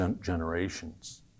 generations